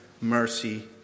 mercy